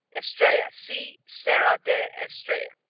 estrella see serra da estrella.